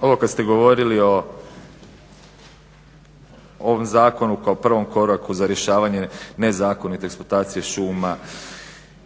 Ovo kad ste govorili o ovom zakonu kao prvom koraku za rješavanje nezakonite eksploatacije šuma